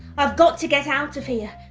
i've got to get out of here,